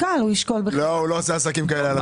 אתם תעסקו בזה הרבה בחוק ההסדרים הקרוב.